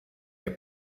ihr